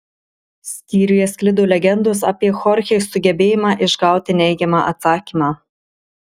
skyriuje sklido legendos apie chorchės sugebėjimą išgauti neigiamą atsakymą